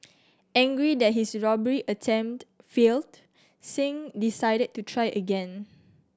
angry that his robbery attempt failed Singh decided to try again